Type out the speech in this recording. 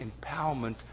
empowerment